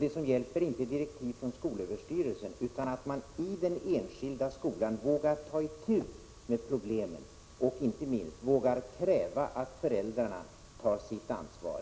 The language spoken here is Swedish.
Det som hjälper är inte direktiv från skolöverstyrelsen utan att man i den enskilda skolan vågar ta itu med problemen och, inte minst, vågar kräva att föräldrarna tar sitt ansvar.